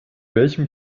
welchem